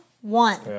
one